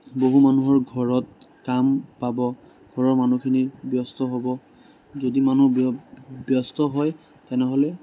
বহু মানুহৰ ঘৰত কাম পাব ঘৰৰ মানুহখিনি ব্যস্ত হ'ব যদি মানুহ ব্য ব্যস্ত হয় তেনেহ'লে